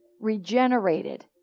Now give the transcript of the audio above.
regenerated